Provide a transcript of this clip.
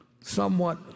somewhat